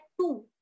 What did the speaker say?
two